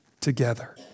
together